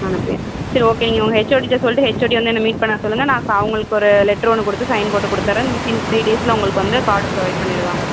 ஞானப்பிரியா சேரி ஓகே நீங்கள் உங்கள் ஹெச்ஓடிகிட்ட சொல்லிட்டு ஹெச்ஓடி வந்து என்ன மீட் பண்ண சொல்லுங்கள் நான் ச அவங்களுக்கு ஒரு லெட்ரு ஒன்று கொடுத்து சைன் போட்டு கொடுத்தறேன் வித்தின் த்ரீ டேஸில் உங்களுக்கு வந்து கார்டு ப்ரொவைட் பண்ணிவிடுவாங்க